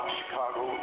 Chicago